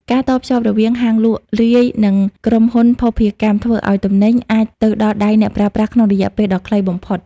ការតភ្ជាប់រវាងហាងលក់រាយ និងក្រុមហ៊ុនភស្តុភារកម្ម ធ្វើឱ្យទំនិញអាចទៅដល់ដៃអ្នកប្រើប្រាស់ក្នុងរយៈពេលដ៏ខ្លីបំផុត។